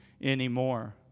anymore